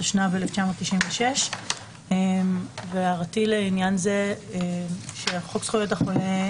התשנ"ו 1996‏". הערתי לעניין זה שחוק זכויות החולה,